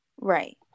Right